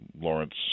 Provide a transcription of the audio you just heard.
Lawrence